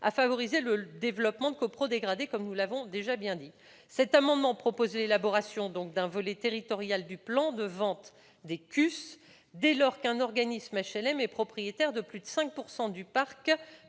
à favoriser le développement de copropriétés dégradées, comme nous l'avons dit. Cet amendement tend à l'élaboration d'un volet territorial du plan de vente des CUS, dès lors qu'un organisme HLM est propriétaire de plus de 5 % du parc